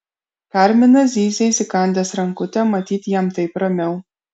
karminas zyzia įsikandęs rankutę matyt jam taip ramiau